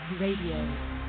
Radio